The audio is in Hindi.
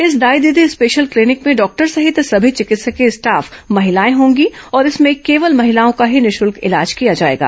इस दाई दीदी स्पेशल क्लीनिक में डॉक्टर सहित सभी चिकित्सकीय स्टाफ महिलाए होंगी और इसमें केवल महिलाओं का ही निःशुल्क इलाज किया जाएगा